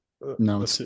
No